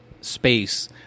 Space